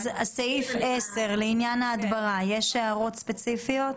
סעיף 10, לעניין ההדברה, יש הערות ספציפיות?